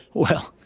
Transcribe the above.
well,